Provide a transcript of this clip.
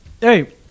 Hey